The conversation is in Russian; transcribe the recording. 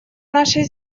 нашей